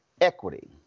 equity